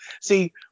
See